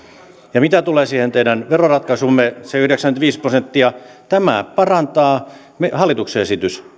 mitä tulee siihen teidän veroratkaisuunne se yhdeksänkymmentäviisi prosenttia niin tämä hallituksen esitys